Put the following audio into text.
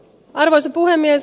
arvoisa puhemies